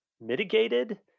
mitigated